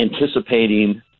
anticipating